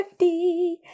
50